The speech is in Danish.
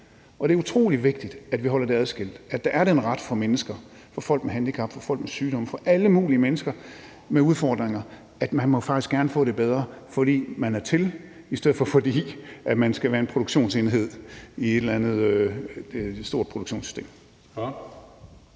Det er utrolig vigtigt, at vi holder det adskilt, og at der er den ret for mennesker, for folk med handicap, for folk med sygdomme og for alle mulige mennesker med udfordringer, at man faktisk gerne må få det bedre, fordi man er til, i stedet for at det er, fordi man skal være en produktionsenhed i et eller andet stort produktionssystem.